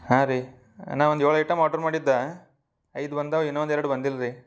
ಹಾಂ ರೀ ನಾ ಒಂದು ಏಳು ಐಟಮ್ ಆರ್ಡರ್ ಮಾಡಿದ್ದ ಐದು ಬಂದಾವ ಇನ್ನೊಂದು ಎರಡು ಬಂದಿಲ್ಲ ರೀ